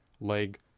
leg